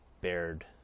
bared